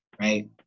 right